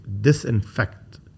disinfect